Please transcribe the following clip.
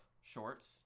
shorts